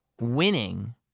winning